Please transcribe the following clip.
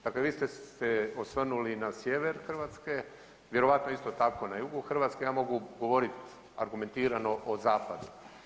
Dakle, vi ste se osvrnuli na sjever Hrvatska, vjerojatno je isto tako na jugu Hrvatske, ja mogu govoriti argumentirano o zapadu.